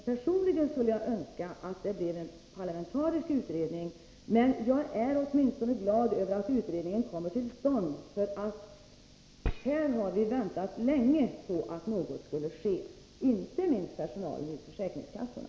Personligen skulle jag önska att det blev en parlamentarisk utredning, men jag är glad över att utredningen över huvud taget kommer till stånd. Vi har väntat länge på att något skulle ske. Det gäller inte minst personalen vid försäkringskassorna.